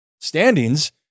standings